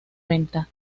venta